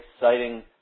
exciting